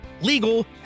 legal